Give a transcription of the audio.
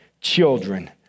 children